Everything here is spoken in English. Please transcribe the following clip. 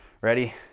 ready